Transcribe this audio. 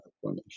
formation